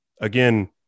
again